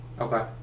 Okay